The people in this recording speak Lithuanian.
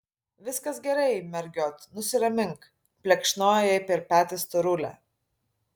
viskas gerai mergiot nusiramink plekšnojo jai per petį storulė